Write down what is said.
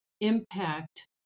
impact